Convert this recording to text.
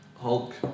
Hulk